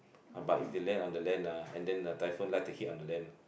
ah but if it land on the land ah and then the typhoon like to hit on the land